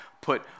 put